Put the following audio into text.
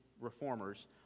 reformers